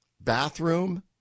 bathroom